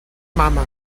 mama